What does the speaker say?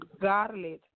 garlic